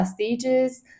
stages